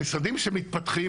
המשרדים שמתפתחים